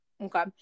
Okay